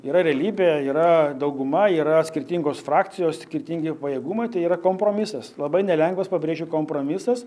yra realybė yra dauguma yra skirtingos frakcijos skirtingi pajėgumai tai yra kompromisas labai nelengvas pabrėžiu kompromisas